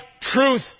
truth